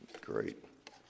Great